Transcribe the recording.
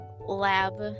lab